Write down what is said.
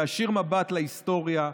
להישיר מבט להיסטוריה,